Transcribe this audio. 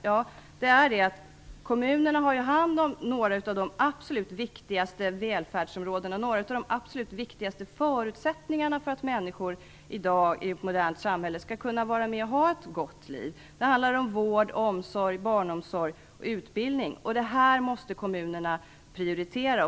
Ja, kommunerna har ju hand om några av de absolut viktigaste välfärdsområdena och några av de absolut viktigaste förutsättningarna för att människor i dag, i ett modernt samhälle, skall kunna vara med och ha ett gott liv. Det handlar om vård, omsorg, barnomsorg och utbildning. Det här måste kommunerna prioritera.